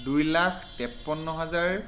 দুই লাখ তেৱন্ন হেজাৰ